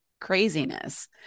craziness